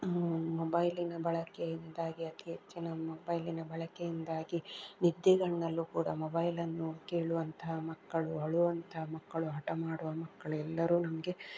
ಮೊಬೈಲಿನ ಬಳಕೆಯಿಂದಾಗಿ ಅತೀ ಹೆಚ್ಚಿನ ಮೊಬೈಲಿನ ಬಳಕೆಯಿಂದಾಗಿ ನಿದ್ದೆಗಣ್ಣಲ್ಲೂ ಕೂಡ ಮೊಬೈಲನ್ನು ಕೇಳುವಂತಹ ಮಕ್ಕಳು ಅಳುವಂಥ ಮಕ್ಕಳು ಹಠ ಮಾಡುವ ಮಕ್ಕಳು ಎಲ್ಲರೂ ನಮಗೆ